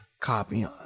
copy